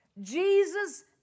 Jesus